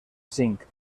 cinc